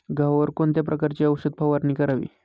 गव्हावर कोणत्या प्रकारची औषध फवारणी करावी?